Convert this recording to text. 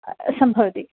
सम्भवति